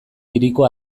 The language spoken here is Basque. hiriko